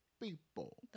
people